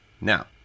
Now